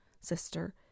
sister